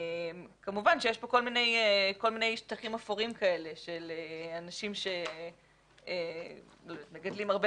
כמובן שיש פה כל מיני שטחים אפורים כאלה של אנשים שמגדלים הרבה